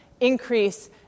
increase